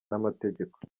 n’amategeko